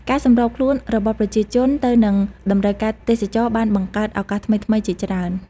ការសម្របខ្លួនរបស់ប្រជាជនទៅនឹងតម្រូវការទេសចរណ៍បានបង្កើតឱកាសថ្មីៗជាច្រើន។